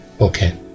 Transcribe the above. okay